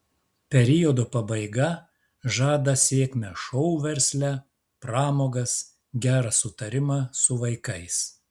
periodo pabaiga žada sėkmę šou versle pramogas gerą sutarimą su vaikais